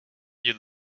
you